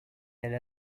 elle